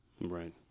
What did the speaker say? Right